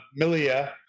milia